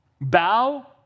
bow